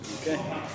Okay